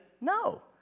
no